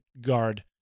guard